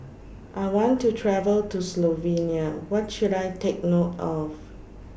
I want to travel to Slovenia What should I Take note of